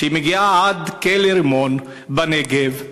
שמגיעה עד כלא "רימון" בנגב,